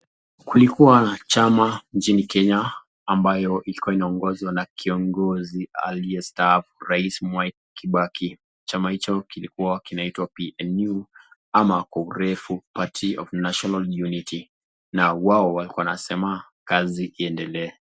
Kulikuwa na chama nchini Kenya, ambayo ilikuwa inaongozwa na kiongozi aliyestaafu, rais Mwai Kibaki. Chama hicho kilikuwa kinaitwa PNU ama kwa urefu party of national unity na wao walikuwa wanasema kazi iendelee.